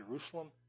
Jerusalem